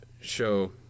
show